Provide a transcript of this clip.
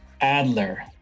Adler